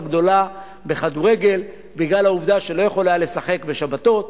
גדולה בכדורגל בגלל העובדה שהוא לא יכול לשחק בשבתות.